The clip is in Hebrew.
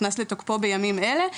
נכנס לתוקפו בימים אלה,